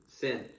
sin